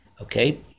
Okay